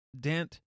Dent